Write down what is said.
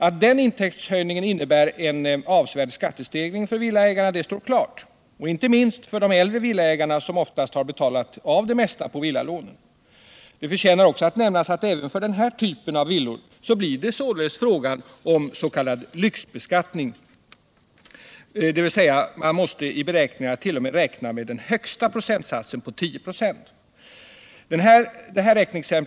Att den intäktshöjningen innebär en avsevärd skattestegring för villaägarna står klart, inte minst för de äldre av dessa som oftast har betalat av det mesta av villalånet. Det förtjänar också att nämnas att det även för denna typ av villor blir fråga om s.k. lyxbeskattning, dvs. man måste i kalkylerna för dessa t.o.m. räkna med den högsta procentsatsen för intäktsschablonen, nämligen 10 96.